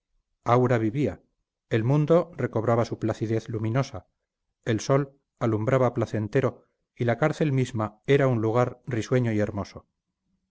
aura vivía el mundo recobraba su placidez luminosa el sol alumbraba placentero y la cárcel misma era un lugar risueño y hermoso